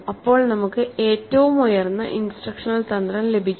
അപ്പോൾ നമുക്ക് ഏറ്റവും ഉയർന്ന ഇൻസ്ട്രക്ഷണൽ തന്ത്രം ലഭിക്കും